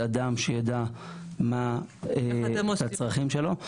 אדם שיידע מה הצרכים שלו.